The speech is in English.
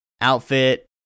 outfit